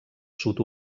sud